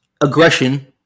aggression